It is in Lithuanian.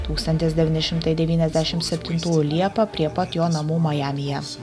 tūkstantis devyni šimtai devyniasdešim septintųjų liepą prie pat jo namų majamyje